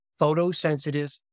photosensitive